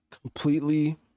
completely